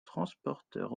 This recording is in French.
transporteur